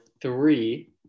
three